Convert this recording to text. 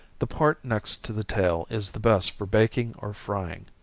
the part next to the tail is the best for baking or frying.